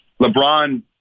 lebron